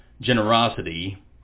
generosity